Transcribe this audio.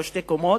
או שתי קומות,